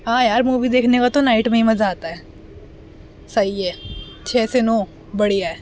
ہاں یار مووی دیکھنے کا تو نائٹ میں ہی مزہ آتا ہے صحیح ہے چھ سے نو بڑھیا ہے